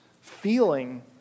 feeling